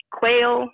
quail